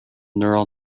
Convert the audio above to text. neural